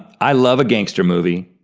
i love a gangster movie.